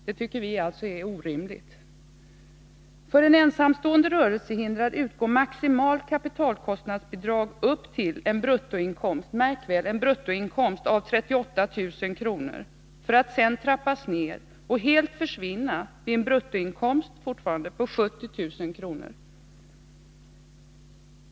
Det tycker vi alltså är orimligt. För en ensamstående rörelsehindrad utgår maximalt kapitalkostnadsbidrag upp till en bruttoinkomst, märk väl bruttoinkomst, på 38 000 kr. för att sedan trappas ner och helt försvinna vid en bruttoinkomst på 70 000 kr.